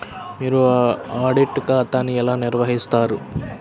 మీరు ఆడిట్ ఖాతాను ఎలా నిర్వహిస్తారు?